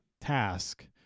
task